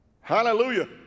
Hallelujah